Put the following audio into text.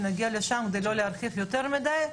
שנגיע לשם ולא להרחיב יותר מדי.